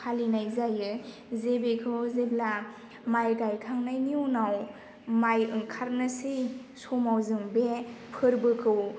फालिनाय जायो जे बेखौ जेब्ला माइ गाइखांनायनि उनाव माइ ओंखारनोसै समाव जों बे फोरबोखौ